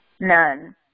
None